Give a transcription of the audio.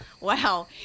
Wow